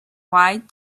wide